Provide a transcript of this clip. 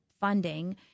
funding